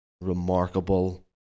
Remarkable